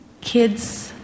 kids